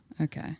Okay